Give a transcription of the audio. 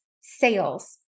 sales